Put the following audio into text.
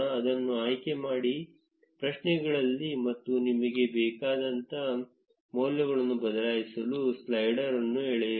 ಅದನ್ನು ಆಯ್ಕೆ ಮಾಡಿ ಪ್ರಶ್ನೆಗಳಲ್ಲಿ ಮತ್ತು ನಿಮಗೆ ಬೇಕಾದಂತೆ ಮೌಲ್ಯಗಳನ್ನು ಬದಲಾಯಿಸಲು ಸ್ಲೈಡರ್ ಅನ್ನು ಎಳೆಯಿರಿ